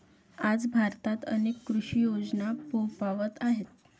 आज भारतात अनेक कृषी योजना फोफावत आहेत